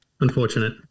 unfortunate